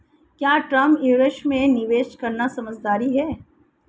क्या term insurance में निवेश करना समझदारी है?